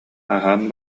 аһаан